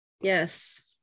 Yes